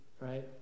right